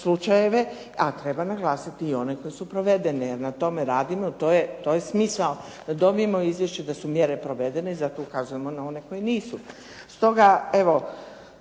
a treba naglasiti i one koje su provedene jer na tome radimo, to je smisao da dobijemo izvješće da su mjere provedene i zato ukazujemo na one koji nisu.